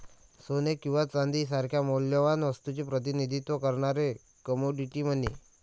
सोने किंवा चांदी सारख्या मौल्यवान वस्तूचे प्रतिनिधित्व करणारे कमोडिटी मनी